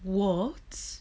what